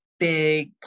big